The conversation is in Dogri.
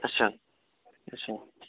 अच्छा अच्छा